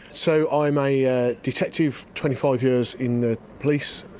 so i'm a ah detective, twenty five years in the police,